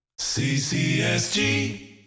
CCSG